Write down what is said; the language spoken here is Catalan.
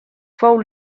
fou